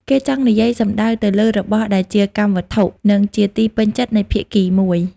គេចង់និយាយសំដៅទៅលើរបស់ដែលជាកម្មវត្ថុ និងជាទីពេញចិត្តនៃភាគីមួយ ។